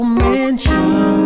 mention